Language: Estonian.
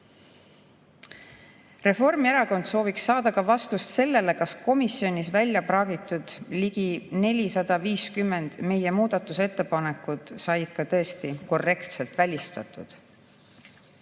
menetleti. Reformierakond sooviks saada ka vastust sellele, kas komisjonis välja praagitud ligi 450 meie muudatusettepanekut said tõesti korrektselt välistatud.